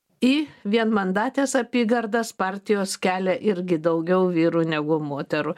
į vienmandates apygardas partijos kelia irgi daugiau vyrų negu moterų